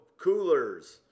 coolers